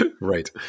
Right